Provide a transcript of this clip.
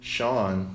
Sean